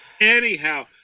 Anyhow